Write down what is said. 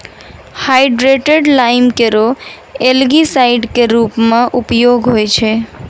hydrated lime केरो algicide क रूप म उपयोग होय छै